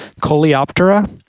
coleoptera